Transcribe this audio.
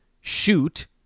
shoot